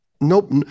Nope